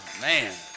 Man